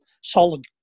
solid